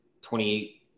28